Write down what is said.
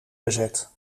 bezet